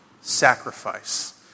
sacrifice